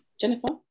Jennifer